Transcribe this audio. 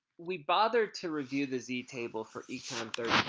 we bother to review the z-table for econ three